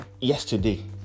yesterday